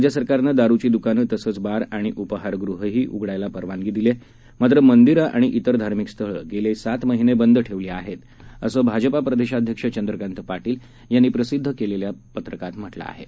राज्य सरकारनं दारुची दु्कानं तसंच बार आणि उपाहारगृहही उघडायला परवानगी दिली आहे मात्र मंदिर आणि इतर धार्मिक स्थळं गेले सात महिने बंद ठेवली आहेत असं भाजपा प्रदेशाध्यक्ष चंद्रकांत पाटील यांनी प्रसिद्ध केलेल्या पत्रकात म्हटलं आहे